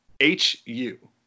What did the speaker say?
H-U